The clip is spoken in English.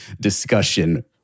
discussion